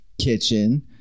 Kitchen